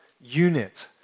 unit